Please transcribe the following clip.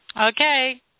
Okay